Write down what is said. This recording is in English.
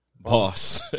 Boss